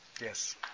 Yes